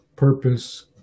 purpose